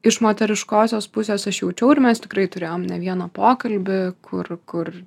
iš moteriškosios pusės aš jaučiau ir mes tikrai turėjom ne vieną pokalbį kur kur